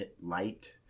light